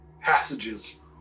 passages